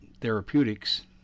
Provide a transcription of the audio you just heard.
therapeutics